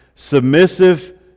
Submissive